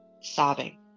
sobbing